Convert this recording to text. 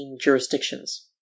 Jurisdictions